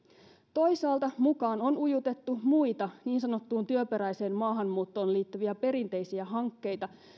toisaalta mukaan on ujutettu muita niin sanottuun työperäiseen maahanmuuttoon liittyviä perinteisiä hankkeita